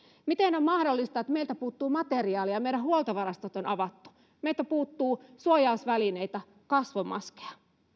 miten on mahdollista että meiltä puuttuu materiaalia meidän huoltovarastot on avattu meiltä puuttuu suojausvälineitä kasvomaskeja